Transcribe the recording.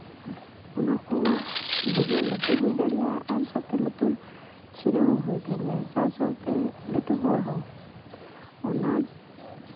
ᱚᱱᱟᱠᱚ ᱵᱷᱩᱜᱟᱹᱜ ᱞᱟᱹᱴᱩ ᱦᱩᱭ ᱫᱟᱲᱮᱭᱟᱜᱼᱟ ᱟᱨ ᱥᱟᱛᱷᱮ ᱞᱩᱛᱩᱨ ᱪᱷᱤᱸᱲᱟᱹᱣ ᱦᱚᱸ ᱦᱩᱭ ᱫᱟᱲᱮᱭᱟᱜᱼᱟ ᱥᱟᱶ ᱥᱟᱶᱛᱮ ᱞᱟᱹᱴᱩ ᱦᱚᱲ ᱦᱚᱸ ᱚᱱᱟ